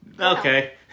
Okay